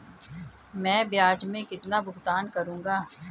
मैं ब्याज में कितना भुगतान करूंगा?